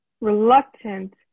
reluctant